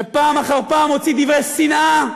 שפעם אחר פעם מוציא דברי שנאה.